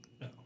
No